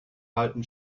halten